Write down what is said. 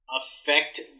affect